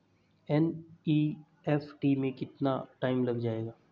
NEFT में कितना time लग जाएगा?